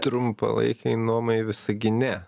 trumpalaikei nuomai visagine